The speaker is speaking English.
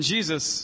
Jesus